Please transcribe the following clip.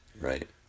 right